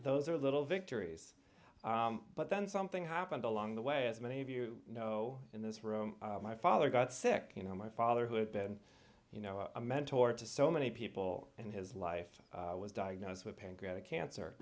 those are little victories but then something happened along the way as many of you know in this room my father got sick you know my father who had been you know a mentor to so many people in his life was diagnosed with pancreatic cancer